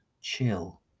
chill